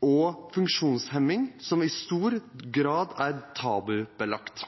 og funksjonshemming som i stor grad er tabubelagt.